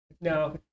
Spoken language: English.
Now